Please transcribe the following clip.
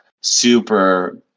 super